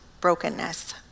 brokenness